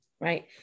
right